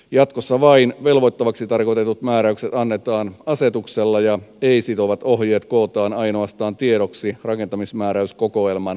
jatkossa vain velvoittavaksi tarkoitetut määräykset annetaan asetuksella ja ei sitovat ohjeet kootaan ainoastaan tiedoksi rakentamismääräyskokoelman oheen